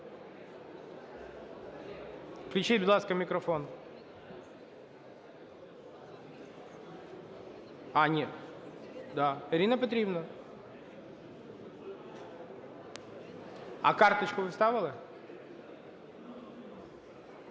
Включіть, будь ласка, мікрофон. А, ні… Да, Ірина Петрівна. А карточку ви вставили?